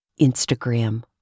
Instagram